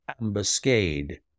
ambuscade